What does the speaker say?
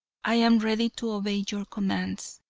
i am ready to obey your commands.